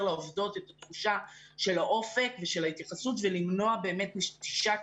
לעובדות את התחושה של האופק ושל ההתייחסות ולמנוע באמת נטישה,